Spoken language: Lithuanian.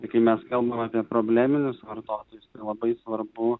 tai kai mes kalbam apie probleminius vartotojus labai svarbu